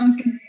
Okay